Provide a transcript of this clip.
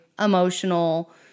emotional